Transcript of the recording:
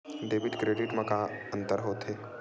Debit credit मा का अंतर होत हे?